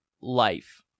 life